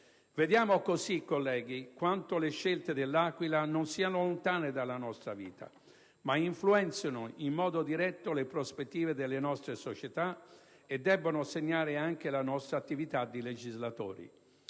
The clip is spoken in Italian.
Vediamo così, colleghi, quanto le scelte de L'Aquila non siano lontane dalla nostra vita, ma influenzino in modo diretto le prospettive delle nostre società e debbano segnare anche la nostra attività di legislatori.